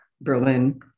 Berlin